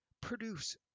produce